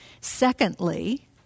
Secondly